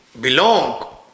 belong